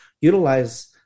utilize